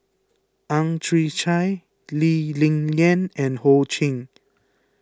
Ang Chwee Chai Lee Ling Yen and Ho Ching